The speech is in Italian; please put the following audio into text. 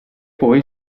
poi